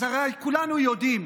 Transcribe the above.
אז הרי כולנו יודעים,